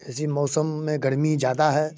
ऐसी मौसम में गर्मी ज़्यादा है